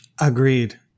Agreed